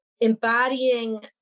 embodying